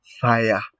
Fire